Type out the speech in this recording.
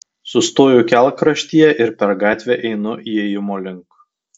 sustoju kelkraštyje ir per gatvę einu įėjimo link